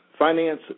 Finance